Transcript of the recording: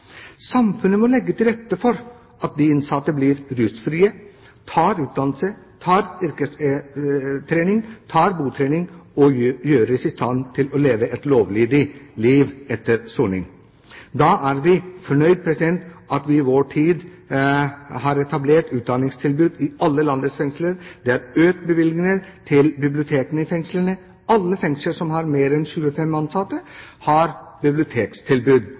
Samfunnet må legge til rette for at de innsatte blir rusfrie, tar utdannelse, får yrkestrening og botrening og gjøres i stand til å leve et lovlydig liv etter soningen. Vi er fornøyd med at det i vår tid er etablert utdanningstilbud i alle landets fengsler. Det er økte bevilgninger til bibliotekene i fengslene – alle fengsler som har mer enn 25 innsatte, har